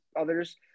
others